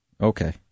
Okay